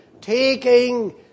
Taking